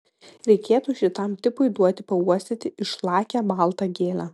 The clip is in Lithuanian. reikėtų šitam tipui duoti pauostyti išlakią baltą gėlę